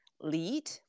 lead